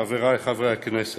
חברי חברי הכנסת,